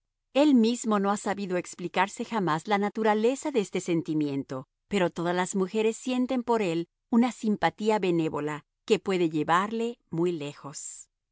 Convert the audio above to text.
el mismo no ha sabido explicarse jamás la naturaleza de este sentimiento pero todas las mujeres sienten por él una simpatía benévola que puede llevarle muy lejos